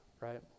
right